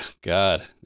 God